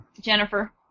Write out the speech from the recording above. Jennifer